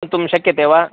गन्तुं शक्यते वा